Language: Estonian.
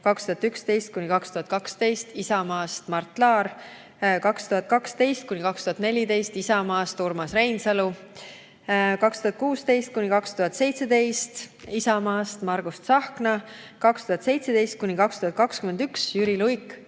2011–2012 Isamaast Mart Laar, 2012–2014 Isamaast Urmas Reinsalu, 2016– 2017 Isamaast Margus Tsahkna, 2017– 2021 Isamaast Jüri Luik.